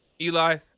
Eli